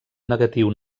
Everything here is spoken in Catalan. negatiu